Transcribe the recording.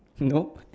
no